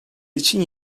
için